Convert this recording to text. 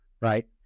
right